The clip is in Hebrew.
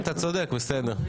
כן, אתה צודק, בסדר.